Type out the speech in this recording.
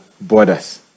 borders